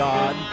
God